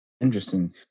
Interesting